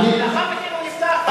ולאחר מכן הוא נפתח,